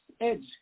edge